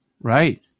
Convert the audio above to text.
Right